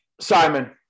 Simon